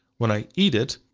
when i eat it,